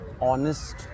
honest